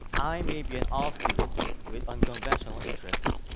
i may be an ah student with unconventional interests,